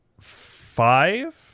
five